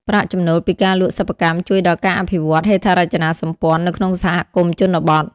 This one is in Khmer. ប្រាក់ចំណូលពីការលក់សិប្បកម្មជួយដល់ការអភិវឌ្ឍ ហេដ្ឋារចនាសម្ព័ន្ធ នៅក្នុងសហគមន៍ជនបទ។